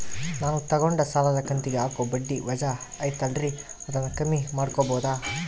ನಾನು ತಗೊಂಡ ಸಾಲದ ಕಂತಿಗೆ ಹಾಕೋ ಬಡ್ಡಿ ವಜಾ ಐತಲ್ರಿ ಅದನ್ನ ಕಮ್ಮಿ ಮಾಡಕೋಬಹುದಾ?